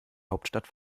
hauptstadt